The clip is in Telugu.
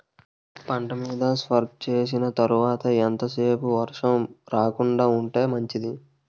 పంట మీద స్ప్రే చేసిన తర్వాత ఎంత సేపు వర్షం రాకుండ ఉంటే మంచిది?